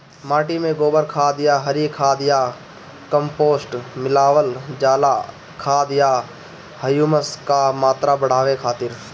माटी में गोबर खाद या हरी खाद या कम्पोस्ट मिलावल जाला खाद या ह्यूमस क मात्रा बढ़ावे खातिर?